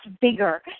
bigger